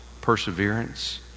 perseverance